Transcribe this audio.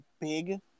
big